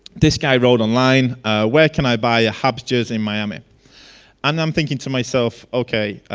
this guy wrote online where can i buy habs jersey in miami and i'm thinking to myself, ok